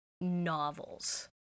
novels